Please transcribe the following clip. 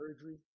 surgery